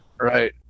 right